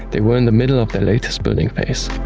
they were in the middle of their latest building phase.